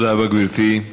תודה רבה, גברתי.